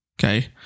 Okay